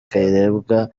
kayirebwa